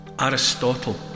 Aristotle